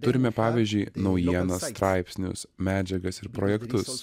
turime pavyzdžiui naujienas straipsnius medžiagas ir projektus